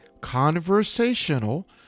conversational